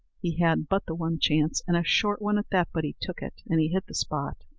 he had but the one chance, and a short one at that but he took it, and he hit the spot,